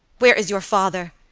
where is your father?